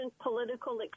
political